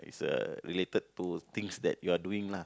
it's uh related to things that you are doing lah